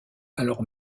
alors